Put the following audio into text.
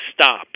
stop